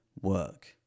work